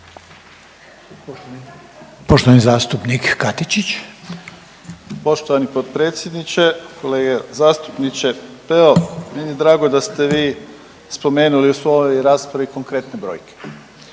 Krunoslav (HDZ)** Poštovani potpredsjedniče, kolega zastupniče. Pa evo meni je drago da ste vi spomenuli u svojoj raspravi konkretne brojke